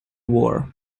war